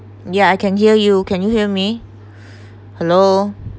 yeah I can hear you can you hear me hello